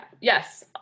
yes